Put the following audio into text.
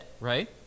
right